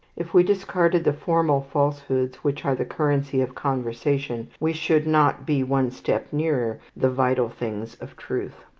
if we discarded the formal falsehoods which are the currency of conversation, we should not be one step nearer the vital things of truth.